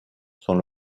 sont